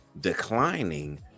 declining